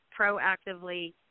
proactively